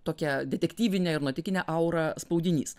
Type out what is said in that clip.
tokią detektyvinę ir nuotykinę aurą spaudinys